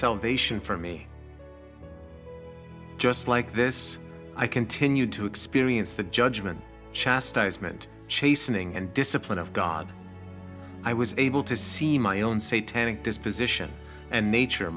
salvation for me just like this i continued to experience the judgment chastisement chastening and discipline of god i was able to see my own say tannic disposition and nature